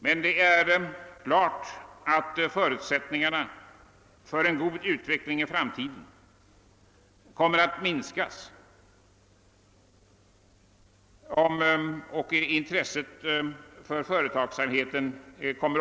Klart är att förutsättningarna för en gynnsam utveckling i framtiden minskas om intresset för företagsamhet avtar.